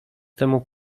temu